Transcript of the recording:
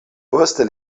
poste